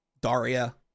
Daria